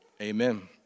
Amen